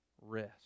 rest